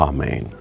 Amen